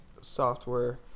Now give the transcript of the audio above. software